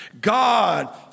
God